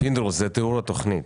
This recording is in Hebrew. זה תיאור התוכנית.